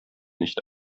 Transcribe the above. nicht